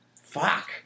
Fuck